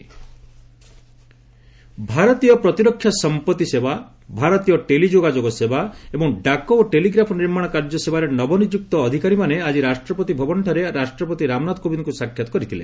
president probationers ଭାରତୟ ପ୍ରତିରକ୍ଷା ସମ୍ପର୍ତ୍ତି ସେବା ଭାରତୀୟ ଟେଲି ଯୋଗାଯୋଗ ସେବା ଏବଂ ଡାକ ଓ ଟେଲିଗ୍ରାଫ୍ ନିର୍ମାଣ କାର୍ଯ୍ୟ ସେବାରେ ନବନିଯୁକ୍ତି ଅଧିକାରୀମାନେ ଆଜି ରାଷ୍ଟ୍ରପତି ଭବନଠାରେ ରାଷ୍ଟ୍ରପତି ରାମନାଥ କୋବିନ୍ଦ୍କୁ ସାକ୍ଷାତ୍ କରିଥିଲେ